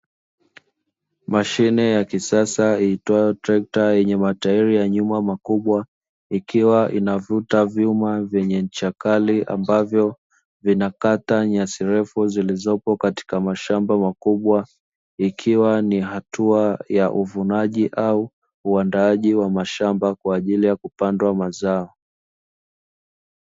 Mashine ya kisasa iitwayo trekta, yenye matairi ya nyuma makubwa, ikiwa inavuta vyuma vyenye ncha kali ambavyo vinakata nyasi refu zilizopo katika mashamba makubwa, ikiwa ni hatua ya uvunaji au uandaaji wa mashamba kwa ajili ya kupandwa mazao.